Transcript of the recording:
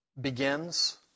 Begins